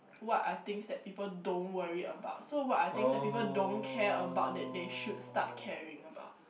what are things that people don't worry about so what are things that people don't care about that they should start caring about